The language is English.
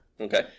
Okay